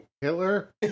Hitler